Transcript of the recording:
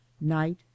night